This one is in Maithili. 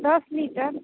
दश लीटर